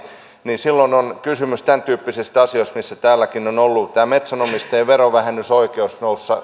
niin silloin on kysymys tämäntyyppisistä asioista mistä täälläkin on ollut puhetta tämä metsänomistajien verovähennysoikeus nousi